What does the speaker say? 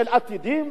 של "עתידים",